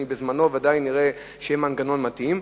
ובזמנו ודאי נראה שיהיה מנגנון מתאים,